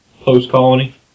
post-colony